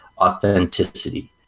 Authenticity